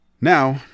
Now